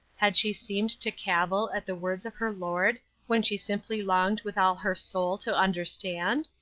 had she seemed to cavil at the words of her lord when she simply longed with all her soul to understand?